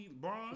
Bron